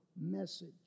message